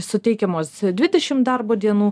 suteikiamos dvidešim darbo dienų